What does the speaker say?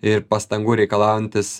ir pastangų reikalaujantis